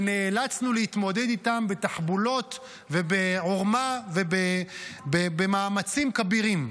ונאלצנו להתמודד איתם בתחבולות ובעורמה ובמאמצים כבירים.